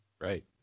Right